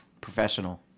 Professional